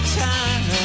time